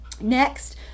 Next